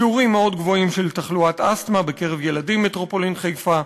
שיעורים מאוד גבוהים של תחלואת אסתמה בקרב ילדים במטרופולין חיפה.